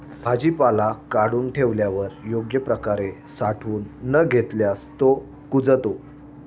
भाजीपाला काढून ठेवल्यावर योग्य प्रकारे साठवून न घेतल्यास तो कुजतो